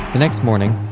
the next morning,